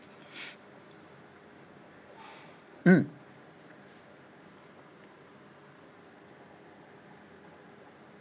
mm